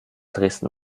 dresden